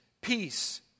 peace